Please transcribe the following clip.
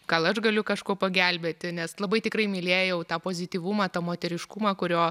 gal aš galiu kažkuo pagelbėti nes labai tikrai mylėjau tą pozityvumą tą moteriškumą kurio